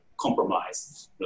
compromise